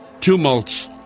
tumults